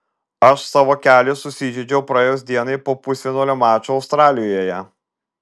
aš savo kelį susižeidžiau praėjus dienai po pusfinalio mačo australijoje